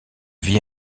vit